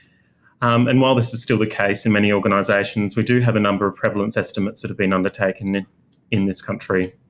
um and while this is still the case in many organisations, we do have a number of prevalence estimates that have been undertaken in this country.